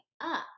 up